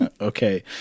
Okay